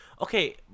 okay